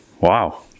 wow